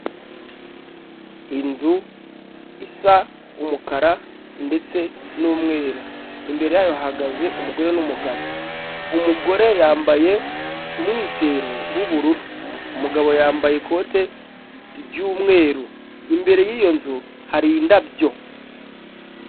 Inzu isa umukara ndetse n'umweru imbere yayo hagaze umugore n'umugabo, umugore yambaye umwitero w'ubururu umugabo yambaye ikote ry'umweru imbere y'iyo nzu hari indabyo.